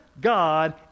God